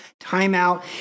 timeout